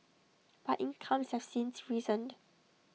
but incomes have since risen